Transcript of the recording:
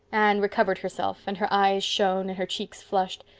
anne recovered herself and her eyes shone and her cheeks flushed.